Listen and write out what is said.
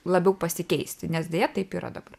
labiau pasikeisti nes deja taip yra dabar